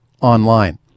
online